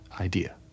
idea